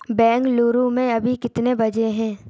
बेंगलुरु में अभी कितने बजे हैं